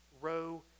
row